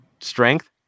strength